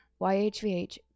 YHVH